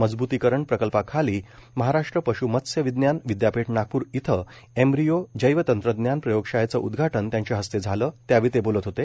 मजबुतीकरण प्रकल्पाखाली महाराष्ट्र पशु मत्स्य विज्ञान विद्यापीठ नागपूर इथं इंब्रीयो जैवतंत्रज्ञान प्रयोगशाळेचं उद्घाटन त्यांच्या हस्ते झालं त्यावेळी ते बोलत होते